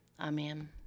Amen